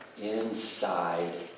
inside